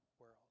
world